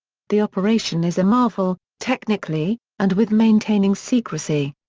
the operation is a marvel technically, and with maintaining secrecy.